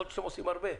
יכול שאתם עושים הרבה.